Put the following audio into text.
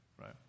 right